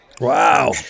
Wow